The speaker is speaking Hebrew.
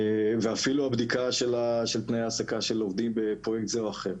ואפילו הבדיקה של תנאי ההעסקה של עובדים בפרוייקט זה או אחר.